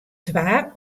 twa